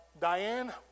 Diane